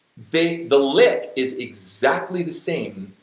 they, the lick is exactly the same,